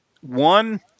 One